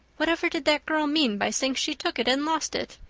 whatever did that girl mean by saying she took it and lost it?